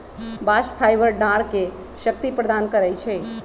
bast fibre डांरके शक्ति प्रदान करइ छै